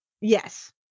Yes